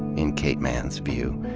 in kate manne's view.